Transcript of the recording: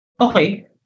Okay